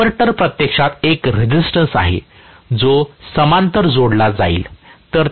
diverter प्रत्यक्षात एक resistance आहे जो समांतर जोडला जाईल